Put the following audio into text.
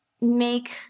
make